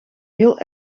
heel